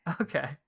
Okay